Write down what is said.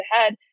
ahead